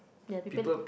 ya people